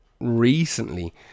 recently